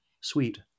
sweet